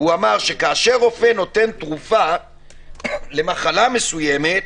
שכאשר רופא נותן תרופה למחלה מסוימת,